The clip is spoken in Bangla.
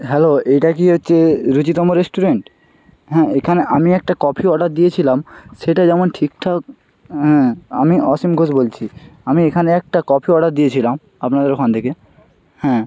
হ্যালো এইটা কি হচ্ছে রুচিতম রেস্টুরেন্ট হ্যাঁ এখানে আমি একটা কফি অর্ডার দিয়েছিলাম সেটা যেমন ঠিকঠাক অ্যাঁ আমি অসীম ঘোষ বলছি আমি এখানে একটা কফি অর্ডার দিয়েছিলাম আপনাদের ওখান থেকে হ্যাঁ